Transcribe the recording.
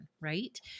right